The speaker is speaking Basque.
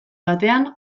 batean